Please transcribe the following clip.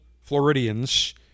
Floridians